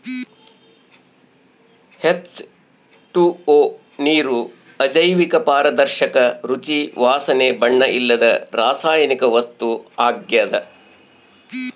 H two O ನೀರು ಅಜೈವಿಕ ಪಾರದರ್ಶಕ ರುಚಿ ವಾಸನೆ ಬಣ್ಣ ಇಲ್ಲದ ರಾಸಾಯನಿಕ ವಸ್ತು ಆಗ್ಯದ